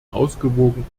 ausgewogen